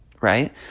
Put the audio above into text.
right